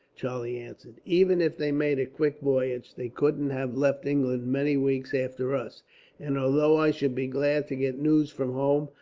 charlie answered. even if they made a quick voyage, they couldn't have left england many weeks after us and although i should be glad to get news from home,